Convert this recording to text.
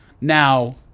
Now